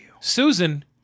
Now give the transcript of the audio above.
Susan